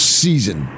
season